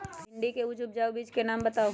भिंडी के उच्च उपजाऊ बीज के नाम बताऊ?